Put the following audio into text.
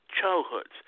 childhoods